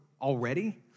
already